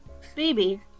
Phoebe